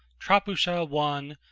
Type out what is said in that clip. trapusha one,